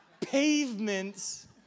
pavements